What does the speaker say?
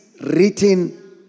written